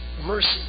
mercy